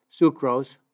sucrose